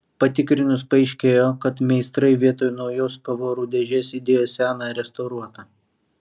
patikrinus paaiškėjo kad meistrai vietoj naujos pavarų dėžės įdėjo seną restauruotą